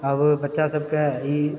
आब बच्चा सभके ई